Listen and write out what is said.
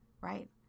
right